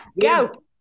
go